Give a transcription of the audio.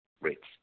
rates